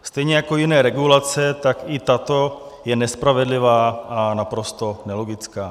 Stejně jako jiné regulace, tak i tato je nespravedlivá a naprosto nelogická.